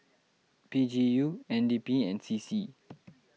P G U N D P and C C